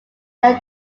their